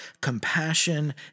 compassion